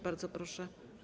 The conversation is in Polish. Bardzo proszę.